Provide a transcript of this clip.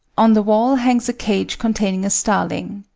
on the wall hangs a cage containing a starling.